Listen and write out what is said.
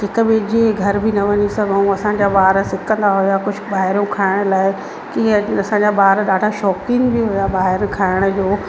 हिक ॿिए जे घर बि न वञी सघूं असांजा वार सुखंदा विया कुझु ॿाहिरों खाइण लाइ कि अॼु असांजा ॿार ॾाढा शौकीनि बि हुया ॿाहिरों खाइण जो